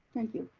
thank you.